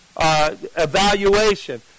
evaluation